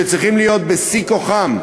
שצריכים להיות בשיא כוחם,